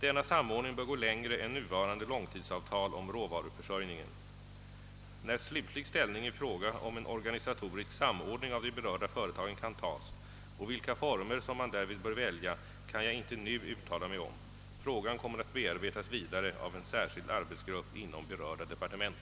Denna samordning bör gå längre än nuvarande långtidsavtal om råvaruförsörjningen. När slutlig ställning i fråga om en organisatorisk samordning av de berörda företagen kan tas och vilka former som man därvid bör välja kan jag inte nu uttala mig om. Frågan kommer att bearbetas vidare av en särskild arbetsgrupp inom berörda departement.